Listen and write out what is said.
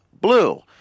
Blue